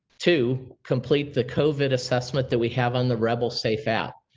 two, complete the covid assessment that we have on the rebel safe app.